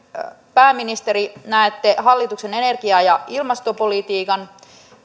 pääministeri näette hallituksen energia ja ilmastopolitiikan